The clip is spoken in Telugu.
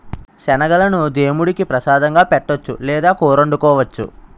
శనగలను దేముడికి ప్రసాదంగా పెట్టొచ్చు లేదా కూరొండుకోవచ్చు